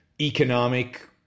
economic